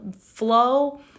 flow